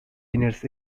winners